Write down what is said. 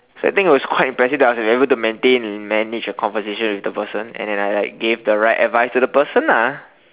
sad thing I was quite impressive that I was able to maintain and manage the conversation with the person and then like I gave the right advice to the person ah